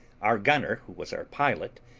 our gunner, who was our pilot,